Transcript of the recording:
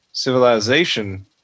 civilization